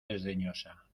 desdeñosa